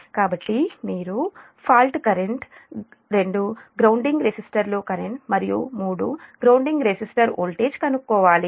కాబట్టి మీరు fault current grounding రెసిస్టర్లో కరెంట్ మరియు గ్రౌండింగ్ రెసిస్టర్ వోల్టేజ్ కనుక్కోవాలి